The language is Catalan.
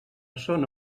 zona